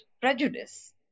prejudice